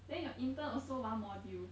then your intern also one module